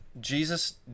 Jesus